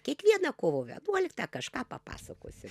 kiekvieną kovo vienuoliktą kažką papasakosi